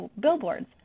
billboards